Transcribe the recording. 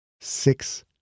Six